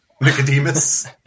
Nicodemus